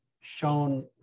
shown